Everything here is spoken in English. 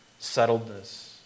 settledness